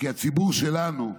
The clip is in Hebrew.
הציבור שלנו,